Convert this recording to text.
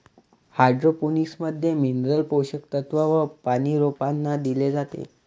hydroponics मध्ये mineral पोषक तत्व व पानी रोपांना दिले जाते